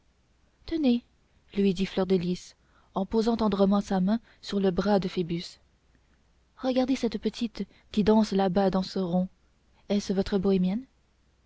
tenez lui dit fleur de lys en posant tendrement sa main sur le bras de phoebus regardez cette petite qui danse là dans ce rond est-ce votre bohémienne